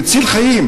מציל חיים,